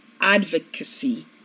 advocacy